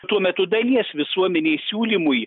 tuo metu dalies visuomenei siūlymui